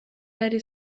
hari